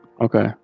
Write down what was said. Okay